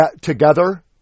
together